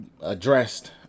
addressed